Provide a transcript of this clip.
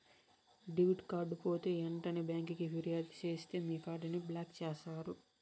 debit card పోతే ఎంటనే బ్యాంకికి ఫిర్యాదు సేస్తే మీ కార్డుని బ్లాక్ చేస్తారు